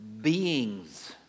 beings